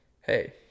hey